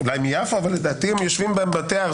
לדעתי הם יושבים פה.